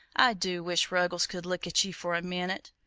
do wish ruggles could look at ye for a minute!